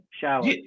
shower